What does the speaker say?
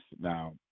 now